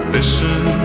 Listen